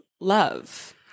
love